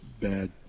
bad